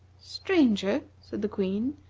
stranger, said the queen,